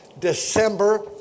December